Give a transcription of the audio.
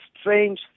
strange